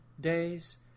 days –